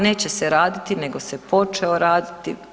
Neće se raditi nego se počeo raditi.